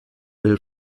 will